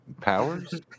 Powers